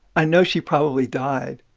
i know she probably died.